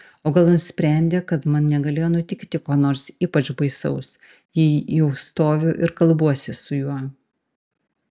o gal nusprendė kad man negalėjo nutikti ko nors ypač baisaus jei jau stoviu ir kalbuosi su juo